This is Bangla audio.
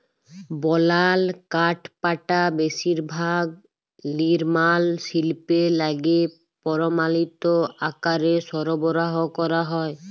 বলাল কাঠপাটা বেশিরভাগ লিরমাল শিল্পে লাইগে পরমালিত আকারে সরবরাহ ক্যরা হ্যয়